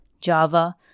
Java